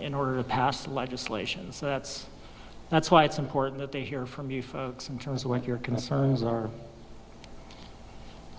in order to pass legislation that's that's why it's important that they hear from you folks in terms of what your concerns are